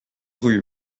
rue